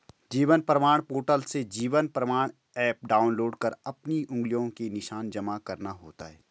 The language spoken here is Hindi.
जीवन प्रमाण पोर्टल से जीवन प्रमाण एप डाउनलोड कर अपनी उंगलियों के निशान जमा करना होता है